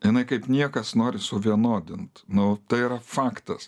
jinai kaip niekas nori suvienodint nu tai yra faktas